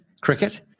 cricket